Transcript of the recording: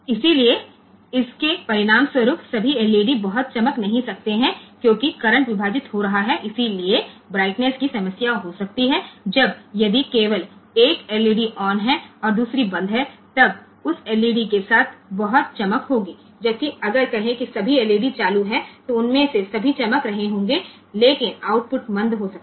इसलिए इसके परिणामस्वरूप सभी एलईडी बहुत चमक नहीं सकते हैं क्योंकि करंट विभाजित हो रहा है इसलिए ब्राइटनेस की समस्या हो सकती है जब यदि केवल एक एलईडीऑन है और दूसरे बंद है तब उस एलईडी के साथ बहुत चमक होगी जबकि अगर कहें कि सभी एलईडी चालू हैं तो उनमें से सभी चमक रहे होंगे लेकिन आउटपुट मंद हो सकता है